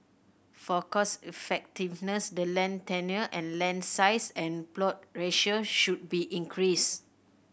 for cost effectiveness the land tenure and land size and plot ratio should be increased